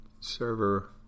Server